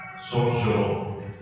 social